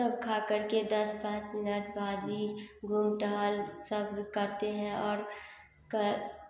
सब खा कर ही दस पाँच मिनट घूम टहल सब करते हैं और कर